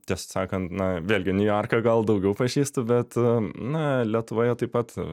tiesą sakant na vėlgi niujorke gal daugiau pažįstu bet na lietuvoje taip pat